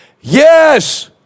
Yes